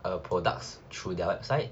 a products through their website